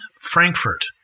Frankfurt